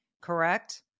Correct